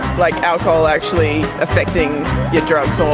like, alcohol actually affecting your drugs or